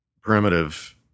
primitive